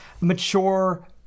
mature